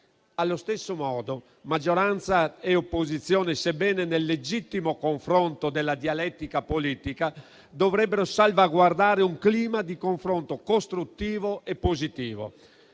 Allo stesso modo, maggioranza e opposizione, sebbene nel legittimo confronto della dialettica politica, dovrebbero salvaguardare un clima di confronto costruttivo e positivo,